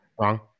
Wrong